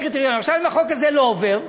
עכשיו, אם החוק הזה לא עובר,